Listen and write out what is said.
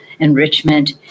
enrichment